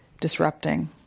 disrupting